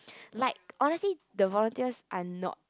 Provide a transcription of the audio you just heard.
like honestly the volunteers are not